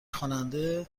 خواننده